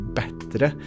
bättre